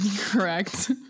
Correct